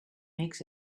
makes